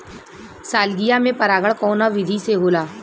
Salvia में परागण कउना विधि से होला?